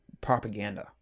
propaganda